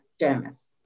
dermis